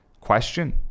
question